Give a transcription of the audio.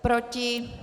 Proti?